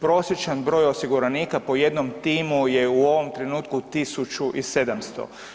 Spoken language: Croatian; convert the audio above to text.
Prosječan broj osiguranika po jednom timu je u ovom trenutku 1.700.